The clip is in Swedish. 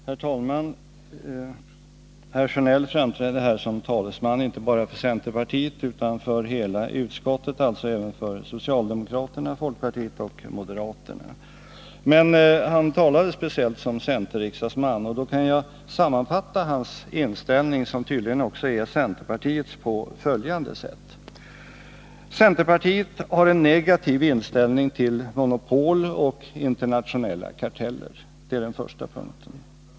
Herr talman! Bengt Sjönell framträdde här som talesman inte bara för centerpartiet utan för hela utskottet, alltså även för socialdemokraterna, folkpartiet och moderaterna. Men han talade speciellt som centerriksdagsman, och då kan jag sammanfatta hans inställning — som tydligen också är centerpartiets — på följande sätt: 1. Centerpartiet har en negativ inställning till monopol och internationella karteller.